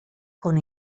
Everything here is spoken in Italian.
con